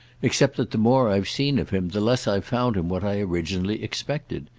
except that the more i've seen of him the less i've found him what i originally expected.